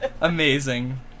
Amazing